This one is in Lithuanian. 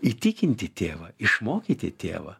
įtikinti tėvą išmokyti tėvą